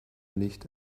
licht